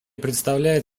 представляет